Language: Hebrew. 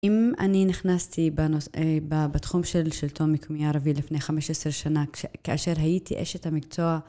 אם אני נכנסתי בתחום של שלטון מקומי ערבי לפני 15 שנה כאשר הייתי אשת המקצוע